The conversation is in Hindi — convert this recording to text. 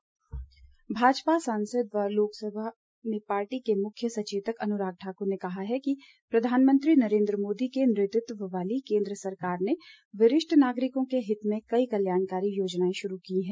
अनुराग ठाकुर भाजपा सांसद और लोकसभा में पार्टी के मुख्य सचेतक अनुराग ठाकुर ने कहा है कि प्रधानमंत्री नरेन्द्र मोदी के नेतृत्व वाली केन्द्र सरकार ने वरिष्ठ नागरिकों के हित में कई कल्याणकारी योजनाएं शुरू की हैं